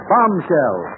Bombshell